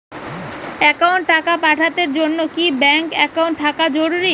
কাউকে টাকা পাঠের জন্যে কি ব্যাংক একাউন্ট থাকা জরুরি?